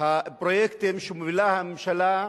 הפרויקטים שמובילה הממשלה,